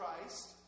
Christ